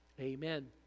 amen